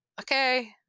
okay